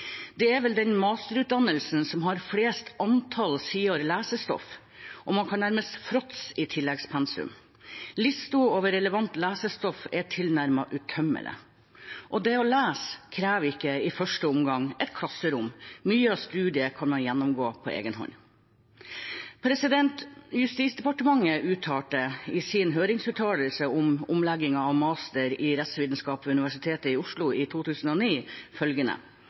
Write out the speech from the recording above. Det er vel den masterutdanningen som har flest antall sider lesestoff, og man kan nærmest fråtse i tilleggspensum. Listen over relevant lesestoff er tilnærmet utømmelig. Og det å lese krever ikke, i første omgang, et klasserom. Mye av studiet kan man gjennomgå på egen hånd. Justisdepartementet uttalte, i sin høringsuttalelse om omleggingen av master i rettsvitenskap ved Universitetet i Oslo i 2009, følgende: